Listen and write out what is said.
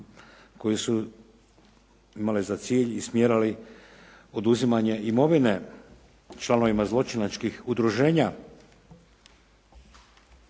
koje su imale za cilj i smjerali oduzimanje imovine članovima zločinačkih udruženja,